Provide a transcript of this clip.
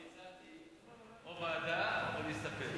אני הצעתי או ועדה או להסתפק.